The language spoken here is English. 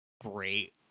great